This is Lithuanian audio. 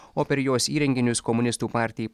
o per jos įrenginius komunistų partijai